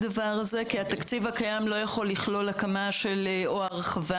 כי התקציב הקיים לא יכול לכלול הקמה או הרחבה.